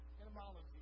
etymology